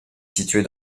située